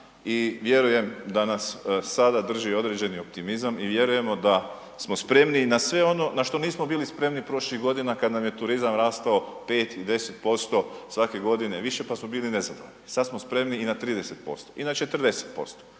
i vjerujem da nas sada drži određeni optimizam i vjerujemo da smo spremni na sve ono na što nismo bili spremni prošlih godina kada nam je turizam rastao 5 i 10% svake godine više pa smo bili nezadovoljni, sada smo spremni i na 30% i na 40%